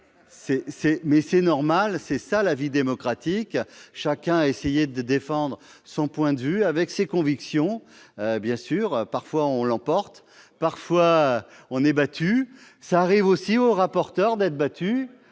et c'est normal : c'est la vie démocratique. Chacun a essayé de défendre son point de vue, avec ses convictions. Parfois on l'emporte, parfois on est battu. Il arrive aussi au rapporteur d'être battu